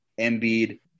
Embiid